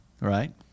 right